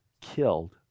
killed